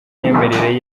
myemerere